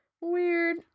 Weird